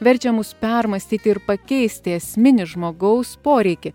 verčia mus permąstyti ir pakeisti esminį žmogaus poreikį